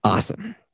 Awesome